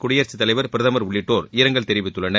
குடியரசுத் தலைவர் பிரதமர் உள்ளிட்டோர் இரங்கல் தெரிவித்துள்ளனர்